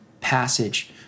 passage